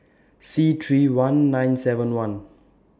C three I nine seven one